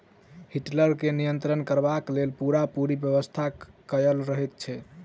heater के नियंत्रण करबाक लेल पूरापूरी व्यवस्था कयल रहैत छै